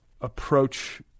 approach